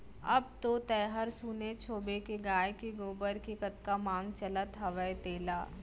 अब तो तैंहर सुनेच होबे के गाय के गोबर के कतका मांग चलत हवय तेला